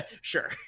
sure